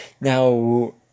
now